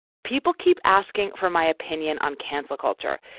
people keep asking for my opinion on cancela culture.